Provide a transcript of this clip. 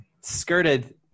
skirted